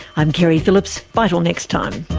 i'm keri phillips, bye til next time